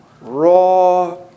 raw